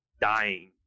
dying